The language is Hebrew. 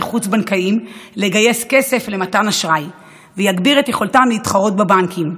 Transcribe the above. חוץ-בנקאיים לגייס כסף למתן אשראי ויגביר את יכולתם להתחרות בבנקים.